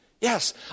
Yes